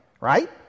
Right